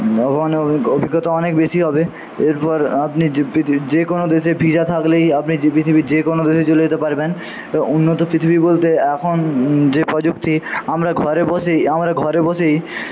অভিজ্ঞতা অনেক বেশি হবে এরপর আপনি যে কোনো দেশে ভিসা থাকলেই আপনি পৃথিবীর যে কোনো দেশে চলে যেতে পারবেন উন্নত পৃথিবী বলতে এখন যে প্রযুক্তি আমরা ঘরে বসেই আমরা ঘরে বসেই